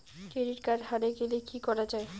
Credit card হারে গেলে কি করা য়ায়?